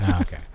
Okay